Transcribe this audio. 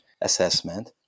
assessment